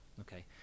okay